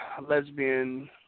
lesbian